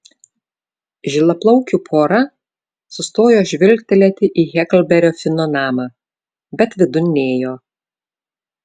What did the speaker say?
žilaplaukių pora sustojo žvilgtelėti į heklberio fino namą bet vidun nėjo